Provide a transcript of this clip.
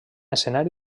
escenari